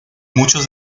muchos